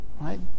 Right